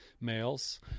males